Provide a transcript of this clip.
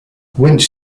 winch